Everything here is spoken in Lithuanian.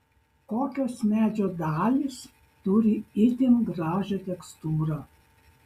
kokios medžio dalys turi itin gražią tekstūrą